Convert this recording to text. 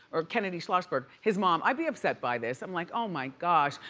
or kennedy-schlossberg, his mom. i'd be upset by this. i'm like, oh my gosh.